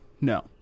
No